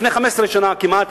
לפני 15 שנה כמעט,